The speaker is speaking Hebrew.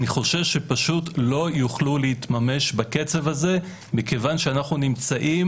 אני חושש שפשוט לא יוכלו להתממש בקצב הזה כיוון שאנחנו נמצאים